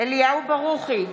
אליהו ברוכי,